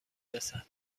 رسد